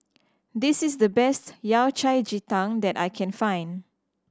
this is the best Yao Cai ji tang that I can find